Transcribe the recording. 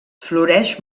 floreix